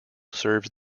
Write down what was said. serves